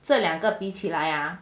这两个比起来 ah